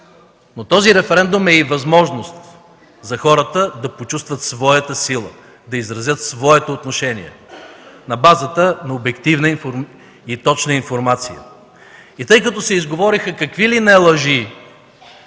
Но този референдум е и възможност за хората да почувстват своята сила, да изразят своето отношение на базата на обективна и точна информация. Тъй като се изговориха какви ли не лъжи,